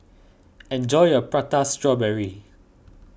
enjoy your Prata Strawberry